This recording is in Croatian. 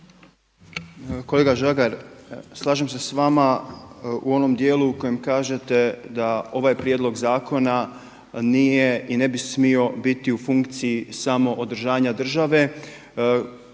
Kolega Žagar, slažem se s vama u onom dijelu u kojem kažete da ovaj prijedlog zakona nije i ne bi smio biti u funkciji samo održanja države